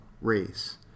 race